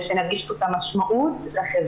ושאני ארגיש את המשמעות לחברה.